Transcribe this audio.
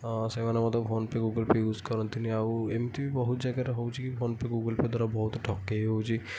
ସେମାନେ ମଧ୍ୟ PhonePe Google Pay use କରନ୍ତିନି ଆଉ ଏମତି ବି ବହୁତ ଜାଗାରେ ହେଉଛି କି ଫୋନ ପେ ଗୁଗଲ୍ ପେ ଦ୍ୱାରା ବହୁତ ଠକେଇ ହେଉଛି